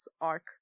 arc